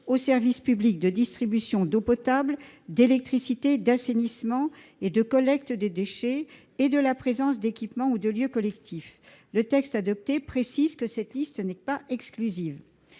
Le texte adopté précise que cette liste n'est pas exclusive.